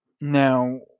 Now